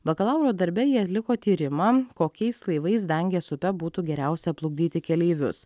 bakalauro darbe ji atliko tyrimą kokiais laivais dangės upe būtų geriausia plukdyti keleivius